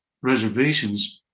reservations